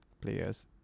players